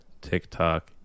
TikTok